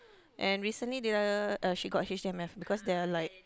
and recently dia she got H_D_M_F because there were like